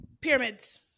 pyramids